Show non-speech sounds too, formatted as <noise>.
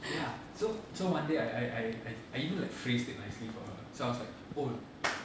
ya so so one day I I I I even like phrased it nicely for her so I was like oh <noise>